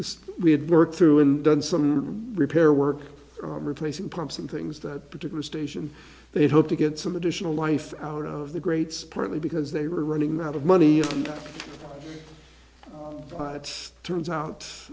the we had worked through and done some repair work on replacing pumps and things that particular station they hope to get some additional life out of the greats partly because they were running out of money but it turns out